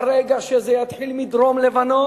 ברגע שזה יתחיל מדרום-לבנון,